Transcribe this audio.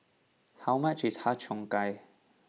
how much is Har Cheong Gai